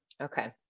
Okay